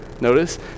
notice